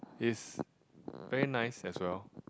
is very nice as well